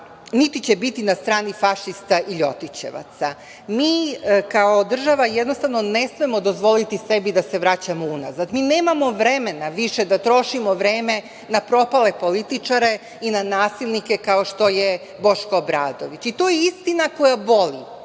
niti će biti na strani fašista i ljotićevaca. Mi kao država jednostavno ne smemo dozvoliti sebi da se vraćamo unazad. Mi nemamo vremena više da trošimo vreme na propale političare i na nasilnike kao što je Boško Obradović. To je istina koja boli